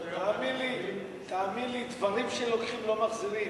תאמין לי, דברים שלוקחים, לא מחזירים.